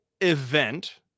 event